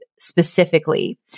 specifically